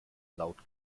laut